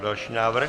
Další návrh.